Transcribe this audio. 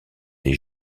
des